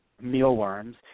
mealworms